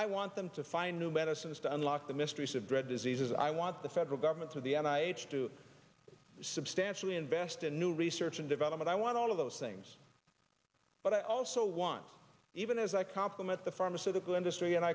i want them to find new medicines to unlock the mysteries of dread diseases i want the federal government to the and i to substantially invest in new research and development i want all of those things but i also want even as i compliment the pharmaceutical industry and